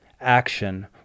action